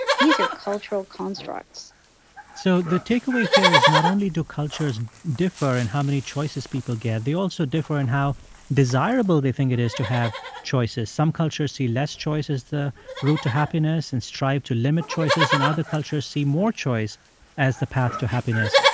these are cultural constructs so the takeaway here is not only do cultures differ in how many choices people get, they also differ in how desirable they think it is to have choices. some cultures see less choice as the route to happiness and strive to limit choices and other cultures see more choice as the path to happiness.